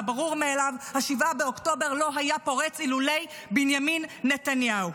מהברור מאליו: 7 באוקטובר לא היה פורץ אילולא בנימין נתניהו.